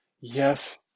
Yes